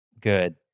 good